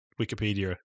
Wikipedia